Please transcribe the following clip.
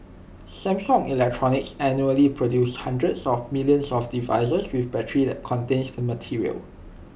Samsung electronics annually produces hundreds of millions of devices with batteries that contains the material